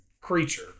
creature